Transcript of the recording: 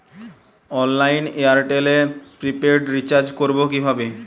অনলাইনে এয়ারটেলে prepaid recharge করবো কিভাবে?